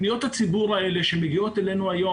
פניות הציבור הדיגיטליות שמגיעות אלינו היום,